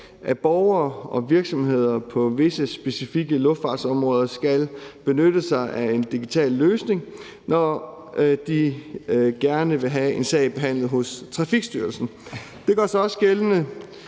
at borgere og virksomheder på visse specifikke luftfartsområder skal benytte sig af en digital løsning, når de gerne vil have en sag behandlet hos Trafikstyrelsen. Det gør sig også gældende